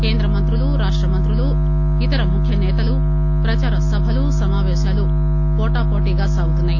కేంద్రమంత్రులు రాష్ట మంత్రులు ఇతర ముఖ్యనేతల ప్రదార సభలు సమాపేశాలు వోటావోటీగా సాగుతున్నాయి